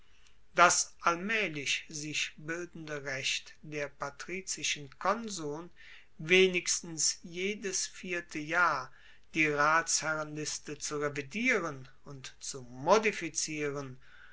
das allmaehlich sich bildende recht der patrizischen konsuln wenigstens jedes vierte jahr die ratsherrenliste zu revidieren und zu modifizieren